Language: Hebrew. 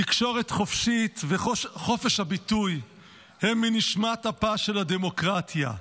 "תקשורת חופשית וחופש הביטוי הם מנשמת אפה של הדמוקרטיה".